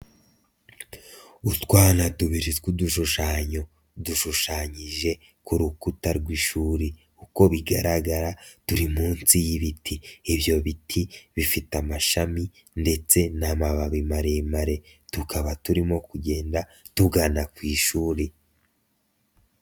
Utwana tubiri tw'udushushanyo dushushanyije ku rukuta rw'ishuri, uko bigaragara turi munsi y'ibiti. Ibyo biti bifite amashami ndetse n'amababi maremare tukaba turimo kugenda tugana ku ishuri.